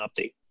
update